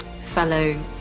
fellow